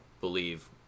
believe